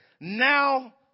now